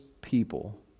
people